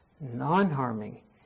non-harming